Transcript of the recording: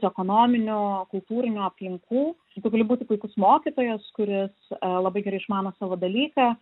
ekonominių kultūrinių aplinkų tu gali būti puikus mokytojus kuris labai gerai išmano savo dalyką